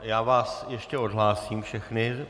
Já vás ještě odhlásím všechny.